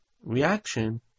reaction